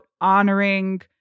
honoring